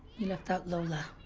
you left out lola.